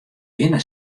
binne